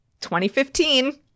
2015 –